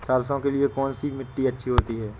सरसो के लिए कौन सी मिट्टी अच्छी होती है?